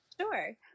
Sure